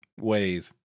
ways